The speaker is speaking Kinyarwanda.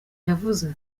yavuze